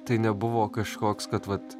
tai nebuvo kažkoks kad vat